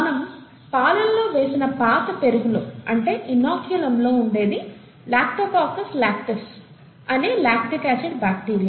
మనం పాలల్లో వేసిన పాత పెరుగు లో అంటే ఇన్నోక్యులంలో ఉండేది లాక్టోకాకస్ లక్టీస్ అనే లాక్టిక్ ఆసిడ్ బాక్టీరియా